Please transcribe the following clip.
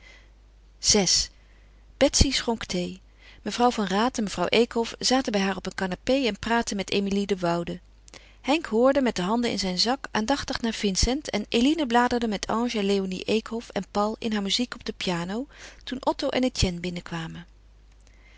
betsy schonk thee mevrouw van raat en mevrouw eekhof zaten bij haar op een canapé en praatten met emilie de woude henk hoorde met de handen in zijn zak aandachtig naar vincent en eline bladerde met ange en léonie eekhof en paul in haar muziek op de piano toen otto en etienne binnenkwamen